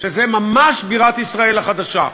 שזו ממש בירת ישראל החדשה.